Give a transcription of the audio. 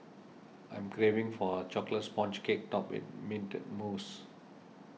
I'm craving for a Chocolate Sponge Cake Topped with Mint Mousse